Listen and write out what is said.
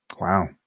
Wow